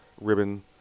Ribbon